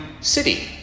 city